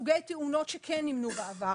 סוגי תאונות שכן נימנו בעבר,